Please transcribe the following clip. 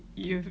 you've